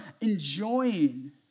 enjoying